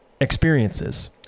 experiences